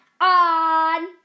on